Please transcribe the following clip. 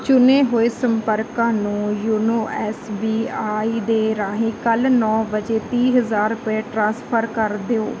ਚੁਣੇ ਹੋਏ ਸੰਪਰਕਾਂ ਨੂੰ ਯੋਨੋ ਐਸ ਬੀ ਆਈ ਦੇ ਰਾਹੀਂ ਕੱਲ੍ਹ ਨੌ ਵਜੇ ਤੀਹ ਹਜ਼ਾਰ ਰੁਪਏ ਟ੍ਰਾਂਸਫਰ ਕਰ ਦਿਓ